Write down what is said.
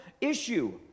issue